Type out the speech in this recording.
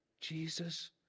Jesus